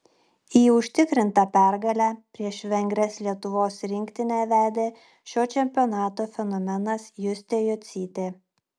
į užtikrintą pergalę prieš vengres lietuvos rinktinę vedė šio čempionato fenomenas justė jocytė